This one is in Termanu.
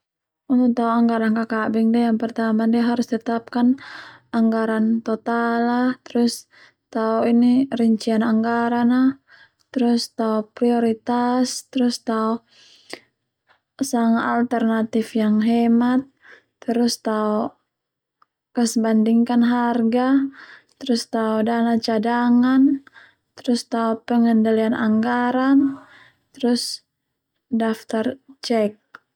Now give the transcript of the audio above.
Untuk tao anggaran kakabing ndia harus tetapakan anggaran total a terus tao rincian anggaran a terus tao prioritas terus tao sanga alternatif yang hemat terus tao kasbandingkan harga terus tao dana cadangan terus tao pengendalian anggaran terus daftar cek.